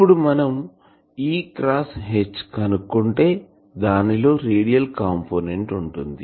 ఇప్పుడు మనం E x H కనుక్కుంటే దానిలో రేడియల్ కంపోనెంట్ ఉంటుంది